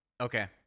Okay